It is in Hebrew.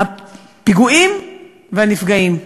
הפיגועים והנפגעים.